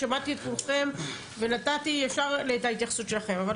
נתתי קודם כל לכל משרדי הממשלה,